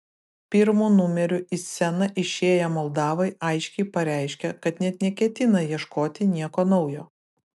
pirmu numeriu į sceną išėję moldavai aiškiai pareiškė kad net neketina ieškoti nieko naujo